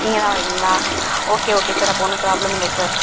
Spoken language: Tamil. நீங்கள்தான் வருவிங்களா ஓகே ஓகே சார் அப்போ ஒன்றும் ப்ராப்ளம் இல்லை சார்